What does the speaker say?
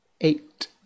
eight